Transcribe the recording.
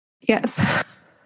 Yes